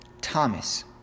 Thomas